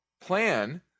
plan